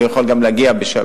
והוא יכול גם להגיע ב-16:00,